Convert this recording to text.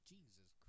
Jesus